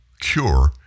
Cure